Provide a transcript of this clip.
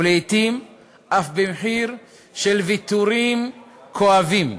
ולעתים אף במחיר של ויתורים כואבים.